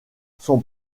son